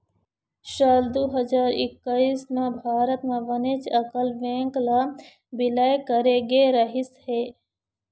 साल दू हजार एक्कइस म भारत म बनेच अकन बेंक ल बिलय करे गे रहिस हे